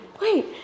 wait